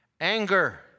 anger